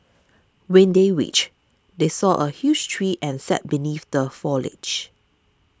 when they reached they saw a huge tree and sat beneath the foliage